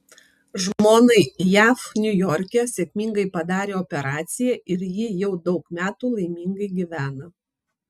žmonai jav niujorke sėkmingai padarė operaciją ir ji jau daug metų laimingai gyvena